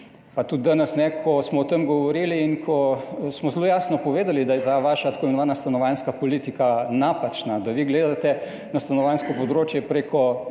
pa tudi danes ne, ko smo govorili o tem in ko smo zelo jasno povedali, da je ta vaša tako imenovana stanovanjska politika napačna, da vi gledate na stanovanjsko področje prek